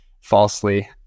falsely